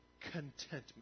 contentment